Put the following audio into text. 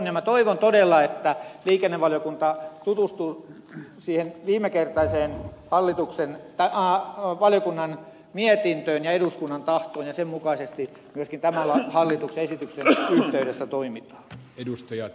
minä toivon todella että liikennevaliokunta tutustuu siihen viimekertaiseen valiokunnan mietintöön ja eduskunnan tahtoon ja sen mukaisesti myöskin tämän hallituksen esityksen yhteydessä toimitaan